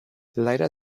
leider